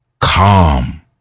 calm